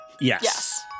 Yes